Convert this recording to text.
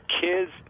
kids